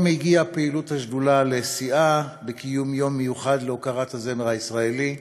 היום מגיעה פעילות השדולה לשיאה בקיום יום מיוחד להוקרת הזמר הישראלי.